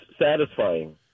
satisfying